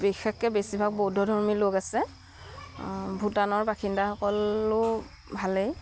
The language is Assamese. বিশেষকৈ বেছিভাগ বৌদ্ধ ধৰ্মী লোক আছে ভূটানৰ বাসিন্দাসকলো ভালেই